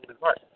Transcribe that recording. right